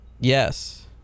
yes